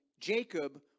Jacob